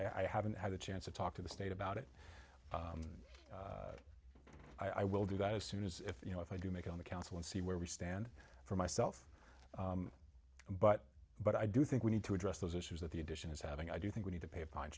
i haven't had a chance to talk to the state about it i will do that as soon as you know if i do make it on the council and see where we stand for myself but but i do think we need to address those issues that the addition is having i do think we need to pay pin